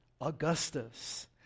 Augustus